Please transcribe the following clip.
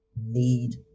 need